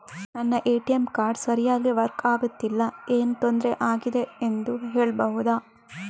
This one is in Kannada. ನನ್ನ ಎ.ಟಿ.ಎಂ ಕಾರ್ಡ್ ಸರಿಯಾಗಿ ವರ್ಕ್ ಆಗುತ್ತಿಲ್ಲ, ಏನು ತೊಂದ್ರೆ ಆಗಿದೆಯೆಂದು ಹೇಳ್ಬಹುದಾ?